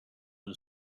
and